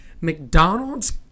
McDonald's